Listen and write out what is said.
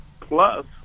Plus